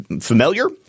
familiar